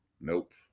Nope